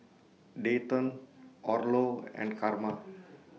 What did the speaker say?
Dayton Orlo and Carma